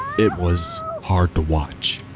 it was, hard to watch.